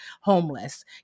homeless